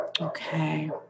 Okay